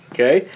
Okay